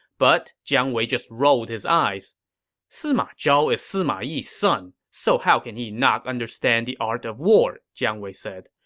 but jiang wei just rolled his eyes sima zhao is sima yi's son. so how can he not understand the art of war? jiang wei said.